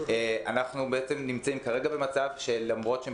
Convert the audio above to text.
אנחנו בעצם נמצאים כרגע במצב שלמרות שהם